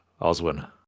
Oswin